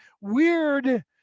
Weird